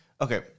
okay